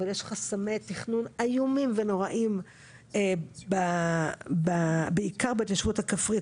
אבל יש חסמי תכנון איומים ונוראיים בעיקר בהתיישבות הכפרית.